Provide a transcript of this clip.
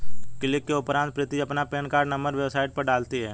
click के उपरांत प्रीति अपना पेन कार्ड नंबर वेबसाइट पर डालती है